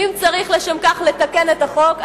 ואם צריך לשם כך לתקן את החוק,